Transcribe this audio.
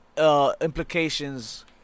Implications